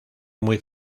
muy